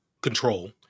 control